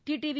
TTV